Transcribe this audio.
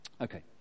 Okay